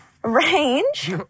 Range